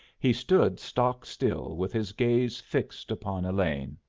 he stood stock-still with his gaze fixed upon elaine.